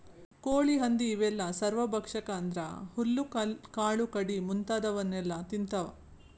ಕೋಳಿ ಹಂದಿ ಇವೆಲ್ಲ ಸರ್ವಭಕ್ಷಕ ಅಂದ್ರ ಹುಲ್ಲು ಕಾಳು ಕಡಿ ಮುಂತಾದವನ್ನೆಲ ತಿಂತಾವ